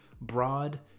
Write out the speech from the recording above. broad